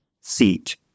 seat